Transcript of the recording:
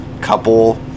couple